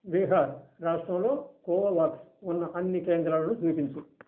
బీహార్ రాష్ట్రంలో కోవోవాక్స్ ఉన్న అన్ని కేంద్రాలను చూపించు